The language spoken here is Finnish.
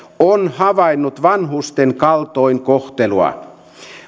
on havainnut vanhusten kaltoinkohtelua